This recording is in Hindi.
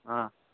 हाँ